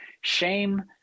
shame